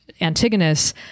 Antigonus